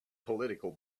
political